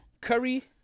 Curry